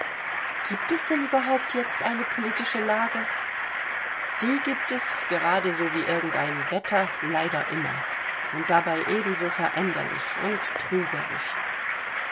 gibt es denn überhaupt jetzt eine politische lage die gibt es gerade so wie irgend ein wetter leider immer und dabei ebenso veränderlich und trügerisch